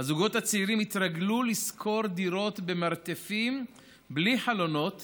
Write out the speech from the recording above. הזוגות הצעירים התרגלו לשכור דירות במרתפים בלי חלונות